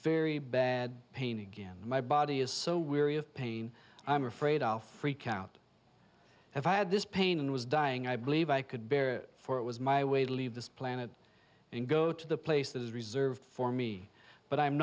very bad pain again my body is so weary of pain i'm afraid i'll freak out if i had this pain was dying i believe i could bear for it was my way to leave this planet and go to the places reserved for me but i'm